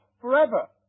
forever